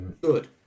Good